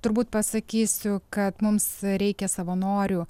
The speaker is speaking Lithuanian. turbūt pasakysiu kad mums reikia savanorių